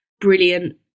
brilliant